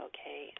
Okay